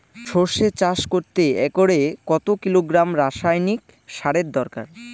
সরষে চাষ করতে একরে কত কিলোগ্রাম রাসায়নি সারের দরকার?